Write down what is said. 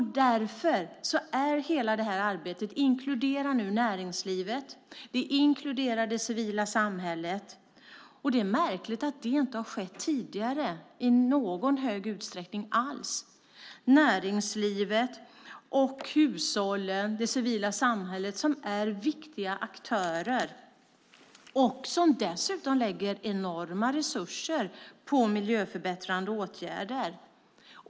Därför inkluderar det här arbetet näringslivet och det civila samhället. Det är märkligt att det inte har skett i samma utsträckning tidigare. Näringslivet, hushållen och det civila samhället är viktiga aktörer som dessutom lägger enorma resurser på miljöförbättrande åtgärder.